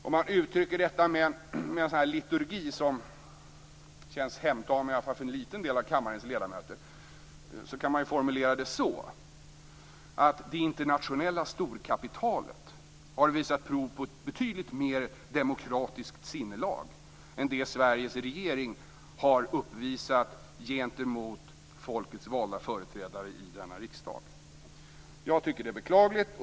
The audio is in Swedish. Om man uttrycker detta med en liturgi som känns hemtam i alla fall för en liten del av kammarens ledamöter kan man formulera det så, att det internationella storkapitalet har visat prov på ett betydligt mer demokratiskt sinnelag än vad Sveriges regering har uppvisat gentemot folkets valda företrädare i denna riksdag. Jag tycker att det är beklagligt.